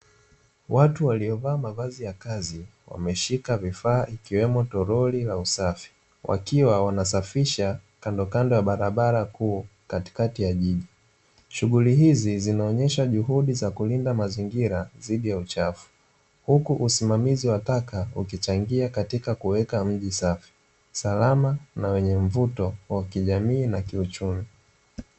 Watu waliovaa mavazi ya kazi wameshika vifaa ikiwemo toroli la usafi, wakiwa wanasafisha kandokando ya barabara kuu katikati ya jiji. Shughuli hizi zinaonyesha juhudi za kulinda mazingira dhidi ya uchafu, huku usimamizi wa taka ukichangia katika kuweka jiji safi, salama na lenye mvuto wa kijamii na kiuchumi.